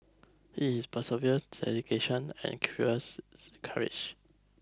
it is perseverance dedication curiosity and courage